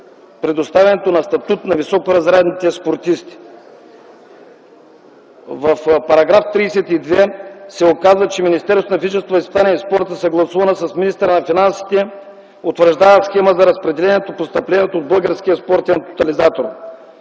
предоставянето на статут на високоразрядните спортисти. В § 32 се указва, Министерството на физическото възпитание и спорта, съгласувано с министъра на финансите утвърждава система за разпределението и постъплението от Българския спортен тотализатор.